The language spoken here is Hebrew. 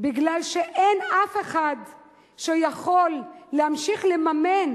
כי אין אף אחד שיכול להמשיך לממן